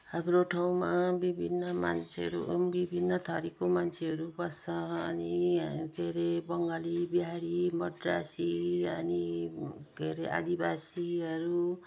हाम्रो ठाउँमा विभिन्न मान्छेहरू विभिन्न थरीको मान्छेहरू बस्छ अनि यहाँ के अरे बङ्गाली बिहारी मद्रासी अनि के अरे आदिवासीहरू